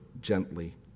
gently